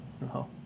No